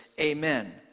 amen